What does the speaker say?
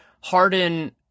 Harden